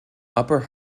upper